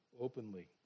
openly